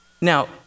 Now